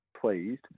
pleased